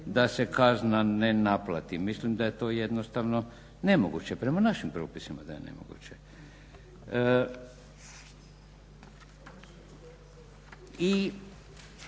da se kazna ne naplati. Mislim da je to jednostavno nemoguće, prema našim propisima da je nemoguće.